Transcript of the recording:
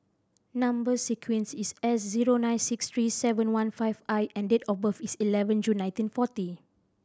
number sequence is S zero nine six three seven one five I and date of birth is eleven June nineteen forty